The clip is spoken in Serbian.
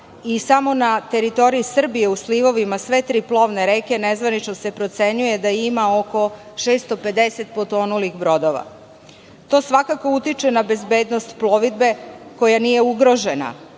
Samo na teritoriji Srbije u slivovima sve tri plovne reke, nezvanično se procenjuje da ima oko 650 potonulih brodova. To svakako utiče na bezbednost plovidbe koja nije ugrožena,